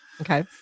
Okay